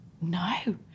no